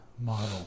model